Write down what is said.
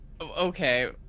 Okay